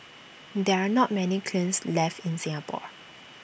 there are not many kilns left in Singapore